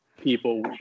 people